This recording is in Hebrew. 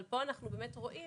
אבל פה אנחנו באמת רואים